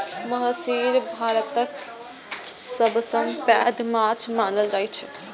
महसीर भारतक सबसं पैघ माछ मानल जाइ छै